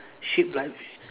shaped like